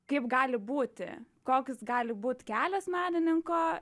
kaip gali būti koks gali būt kelias menininko